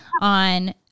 on